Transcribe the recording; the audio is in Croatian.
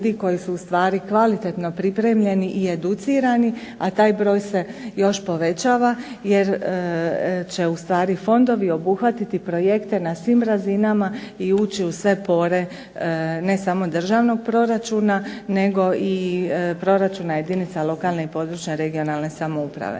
koji su u stvari kvalitetno pripremljeni i educirani, a taj broj se još povećava, jer će ustvari fondovi obuhvatiti projekte na svim razinama i ući u sve pore ne samo državnog proračuna, nego i proračuna jedinica lokalne i područne (regionalne) samouprave.